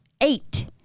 Eight